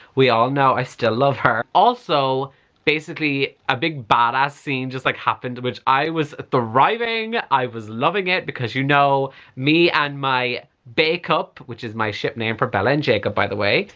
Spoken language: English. we all know still love her. also basically a big badass scene just like happened which i was thriving i was loving it because you know me and my bacop, which is my ship name for bella and jacob by the way,